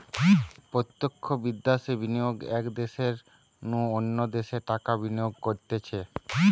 প্রত্যক্ষ বিদ্যাশে বিনিয়োগ এক দ্যাশের নু অন্য দ্যাশে টাকা বিনিয়োগ করতিছে